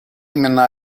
именно